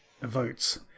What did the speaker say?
votes